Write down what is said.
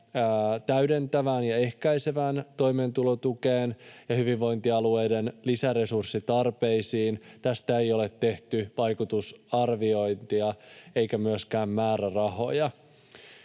täydentävään ja ehkäisevään toimeentulotukeen ja hyvinvointialueiden lisäresurssitarpeisiin. Tästä ei ole tehty vaikutusarviointia, eikä tähän ole myöskään määrärahoja.